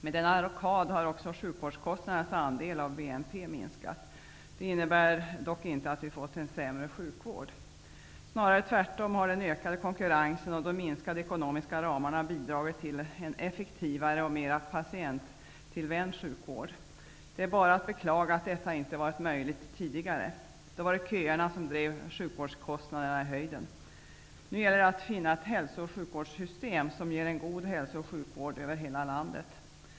Med denna rockad har också sjukvårdskostnadernas andel av BNP minskat. Detta innebär dock inte att vi har fått en sämre sjukvård. Snarare tvärtom har den ökade konkurrensen och de minskade ekonomiska ramarna bidragit tll en effektivare och mer patienttillvänd sjukvård. Det är bara att beklaga att detta inte varit möjligt tidigare. Då var det köerna som drev sjukvårdskostnaderna i höjden. Nu gäller det att finna ett hälso och sjukvårdssystem som ger en god hälso och sjukvård över hela landet.